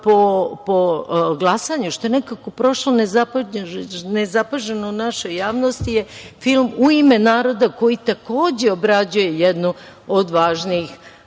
po glasanju, nekako je prošao nezapaženo našoj javnosti jeste film „U ime naroda“, koji takođe obrađuje jednu od važnijih